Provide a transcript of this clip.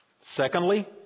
Secondly